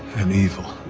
and evil.